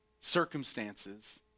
circumstances